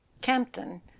Campton